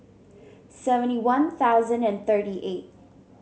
seventy One Thousand and thirty eight